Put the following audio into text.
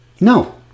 no